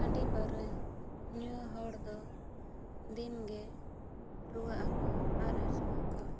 ᱦᱟᱺᱰᱤ ᱯᱟᱹᱣᱨᱟᱹ ᱧᱩ ᱦᱚᱲ ᱫᱚ ᱫᱤᱱᱜᱮ ᱨᱩᱣᱟᱹᱜ ᱟᱠᱚ ᱟᱨ ᱦᱟᱹᱥᱩᱜ ᱟᱠᱚ